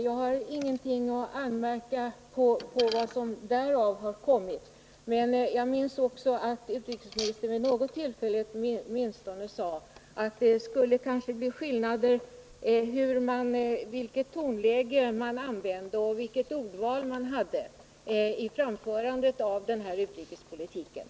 Jag har ingenting att anmärka i det avseendet, men jag minns också att utrikesministern åtminstone vid något tillfälle sade att det kanske skulle bli skillnad i fråga om tonläge och ordval vid utövandet av utrikespolitiken.